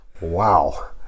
Wow